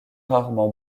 rarement